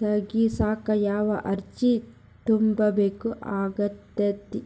ತಗಸಾಕ್ ಯಾವ ಅರ್ಜಿ ತುಂಬೇಕ ಆಗತೈತಿ?